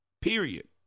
period